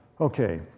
Okay